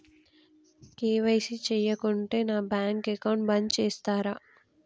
KYC చేయకుంటే నా bank account బంద్ చేస్తరా?